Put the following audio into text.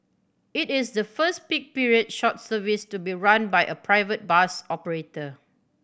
it is the first peak period short service to be run by a private bus operator